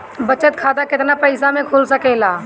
बचत खाता केतना पइसा मे खुल सकेला?